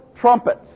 trumpets